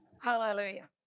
Hallelujah